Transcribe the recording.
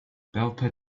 belper